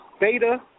beta